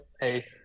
hey